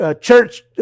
church